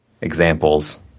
examples